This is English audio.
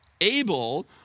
Abel